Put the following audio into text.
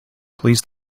please